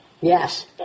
yes